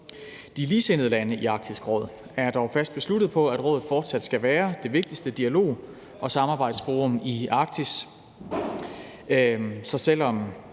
De ligesindede lande i Arktisk Råd er dog fast besluttet på, at rådet fortsat skal være det vigtigste dialog- og samarbejdsforum i Arktis, så selv om